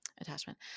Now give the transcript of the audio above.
attachment